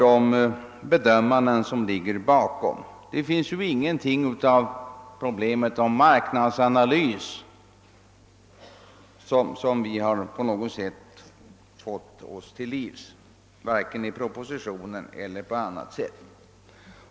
De bedömanden som ligger bakom ett förslag måste redovisas ordentligt. Vi har inte fått höra någonting om marknadsanalys, vare sig i propositionen eller på annat sätt.